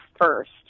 first